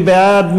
מי בעד?